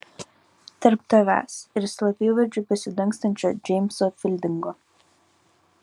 tarp tavęs ir slapyvardžiu besidangstančio džeimso fildingo